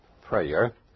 prayer